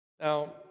Now